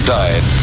died